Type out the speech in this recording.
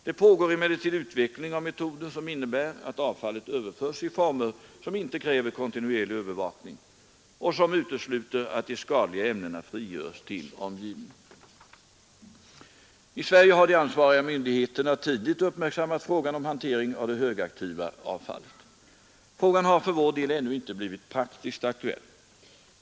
Det pågår emellertid utveckling av metoder som innebär att avfallet överförs i former som inte kräver kontinuerlig övervakning och som utesluter att de skadliga ämnena frigörs till omgivningen. I Sverige har de ansvariga myndigheterna tidigt uppmärksammat frågan om hantering av det högaktiva avfallet. Frågan har för vår del ännu inte blivit praktiskt aktuell.